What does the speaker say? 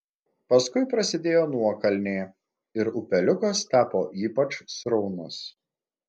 paskui prasidėjo nuokalnė ir upeliukas tapo ypač sraunus